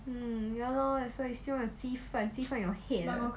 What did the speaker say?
mm ya lor that's why you still want you 鸡饭 your head ah